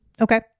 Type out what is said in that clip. Okay